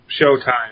showtime